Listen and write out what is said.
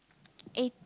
eight~